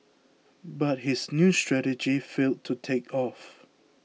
but his new strategy failed to take off